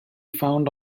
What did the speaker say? found